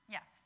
Yes